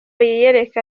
yiyereka